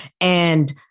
And-